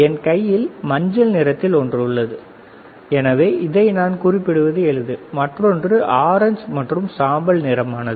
என் கையில் மஞ்சள் நிறத்தில் ஒன்று உள்ளதுஎனவே இதை நான் குறிப்பிடுவது எளிது மற்றொன்று ஆரஞ்சு மற்றும் சாம்பல் நிறமானது